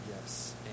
Yes